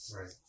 Right